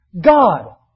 God